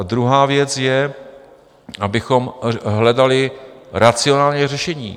Druhá věc je, abychom hledali racionálně řešení.